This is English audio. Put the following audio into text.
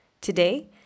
Today